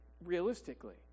realistically